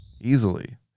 Easily